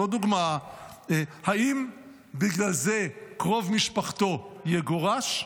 האם בגלל זה קרוב משפחתו יגורש?